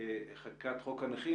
מחקיקת חוק הנכים,